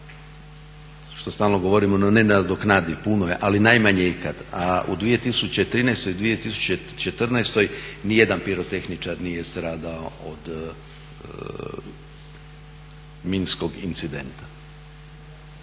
što stalno govorimo nenadoknadiv, puno je, ali najmanje ikad. A u 2013. i 2014. nijedan pirotehničar nije stradao od minskog incidenta.